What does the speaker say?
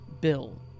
Bill